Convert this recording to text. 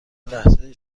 لحظه